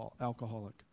alcoholic